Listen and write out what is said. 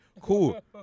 Cool